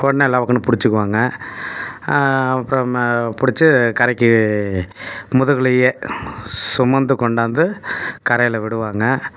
கொடனே லபக்குன்னு பிடிச்சிக்குவாங்க அப்புறமாக பிடிச்சி கரைக்கு முதுகுலேயே சுமந்து கொண்டாந்து கரையில் விடுவாங்க